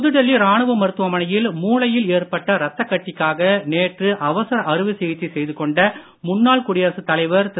புதுடில்லி ராணுவ மருத்துவமனையில் மூளையில் ஏற்பட்ட ரத்தக் கட்டிக்காக நேற்று அவசர அறுவை சிகிச்சை செய்து கொண்ட முன்னாள் குடியரசுத் தலைவர் திரு